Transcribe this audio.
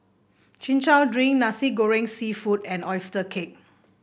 Chin Chow Drink Nasi Goreng seafood and oyster cake